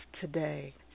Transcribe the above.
today